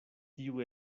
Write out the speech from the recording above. tiu